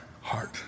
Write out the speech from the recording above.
heart